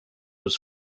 was